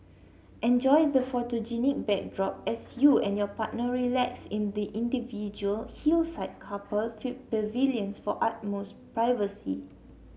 enjoy the photogenic backdrop as you and your partner relax in the individual hillside couple pavilions for utmost privacy